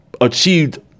achieved